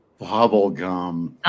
Bubblegum